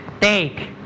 take